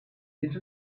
need